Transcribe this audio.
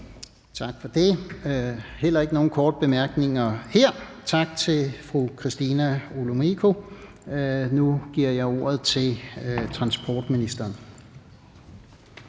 Tak for det. Der er heller ikke nogen korte bemærkninger her. Tak til fru Christina Olumeko. Nu giver jeg ordet til transportministeren.